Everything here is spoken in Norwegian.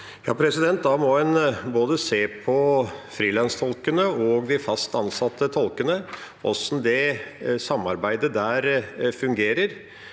Da må en se på både frilanstolkene og de fast ansatte tolkene, hvordan det samarbeidet fungerer,